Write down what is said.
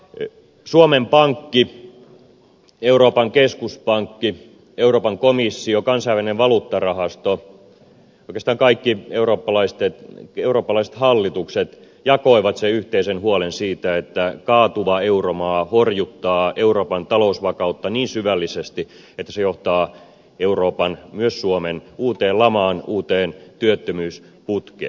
suomen pankki euroopan keskuspankki euroopan komissio kansainvälinen valuuttarahasto oikeastaan kaikki eurooppalaiset hallitukset jakoivat yhteisen huolen siitä että kaatuva euromaa horjuttaa euroopan talousvakautta niin syvällisesti että se johtaa euroopan myös suomen uuteen lamaan uuteen työttömyysputkeen